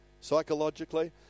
psychologically